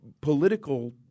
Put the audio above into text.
political